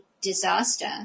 disaster